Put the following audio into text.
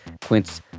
Quince